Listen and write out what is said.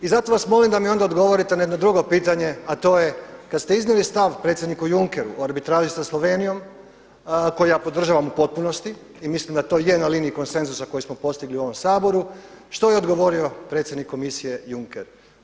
I zato vas molim da mi onda odgovorite na jedno drugo pitanje, a to je kada ste iznijeli stav predsjedniku Junckeru o arbitraži sa Slovenijom koji ja podržavam u potpunosti i mislim da je to na liniji konsenzusa koji smo postigli u ovom Saboru, što je odgovorio predsjednik Komisije Juncker?